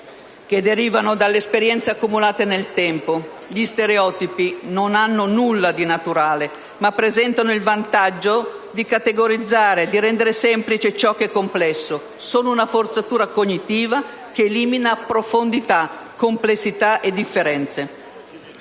che derivano dalle esperienze accumulate nel tempo. Gli stereotipi non hanno nulla di naturale, ma presentano il vantaggio di categorizzare, di rendere semplice ciò che è complesso. Sono una forzatura cognitiva, che elimina profondità, complessità e differenze.